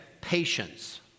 Patience